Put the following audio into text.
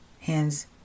hands